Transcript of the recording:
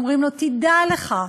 אומרים לו: תדע לך,